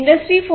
industry 4